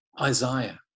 Isaiah